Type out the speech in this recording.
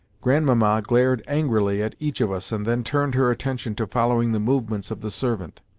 grandmamma glared angrily at each of us, and then turned her attention to following the movements of the servant.